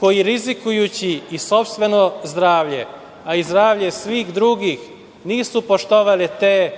koji rizikujući i sopstveno zdravlje, a i zdravlje svih drugih, nisu poštovali te